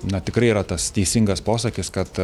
na tikrai yra tas teisingas posakis kad